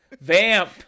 Vamp